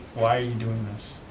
why are you doing this?